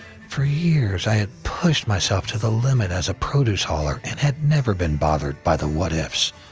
for years, i had pushed myself to the limit as a produce hauler, and had never been bothered by the what-ifs,